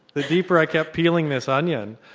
the deeper i kept peeling this onion,